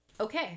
okay